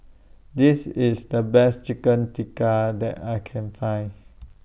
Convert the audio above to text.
This IS The Best Chicken Tikka that I Can Find